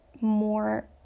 more